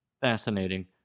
Fascinating